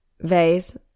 Vase